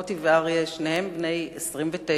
מוטי ואריה, שניהם בני 29,